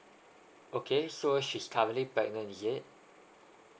okay so she's currently pregnant is it